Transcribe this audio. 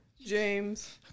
James